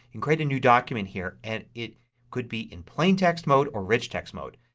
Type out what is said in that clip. and create a new document here and it could be in plain text mode or rich text mode.